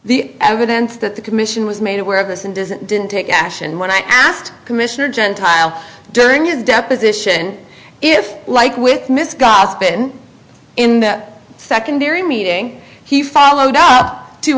the evidence that the commission was made aware of this and doesn't didn't take action when i asked commissioner gentile during his deposition if like with miss gossip in in that secondary meeting he followed up to